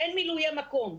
אין מילויי מקום,